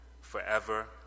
forever